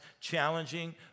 challenging